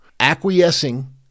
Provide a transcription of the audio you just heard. Acquiescing